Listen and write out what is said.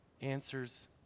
answers